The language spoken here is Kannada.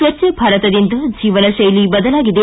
ಸ್ವಜ್ಞ ಭಾರತದಿಂದ ಜೀವನಶೈಲಿ ಬದಲಾಗಿದೆ